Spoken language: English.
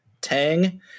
Tang